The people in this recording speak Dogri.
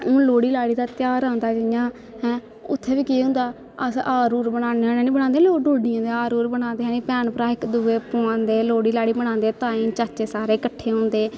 हून लोह्ड़ी लाह्ड़ी दा त्यार आंदा जियां ऐं उत्थै बी केह् होंदा अस हार हूर बनान्ने होन्ने बनांदे नी लोक डोडियें दा हार हूर बनांदे भैन भ्राऽ इक दूए गी पोआंदे लोह्ड़ी लाह्ड़ी मनांदे ताएं चाचें सारे कट्ठे होंदे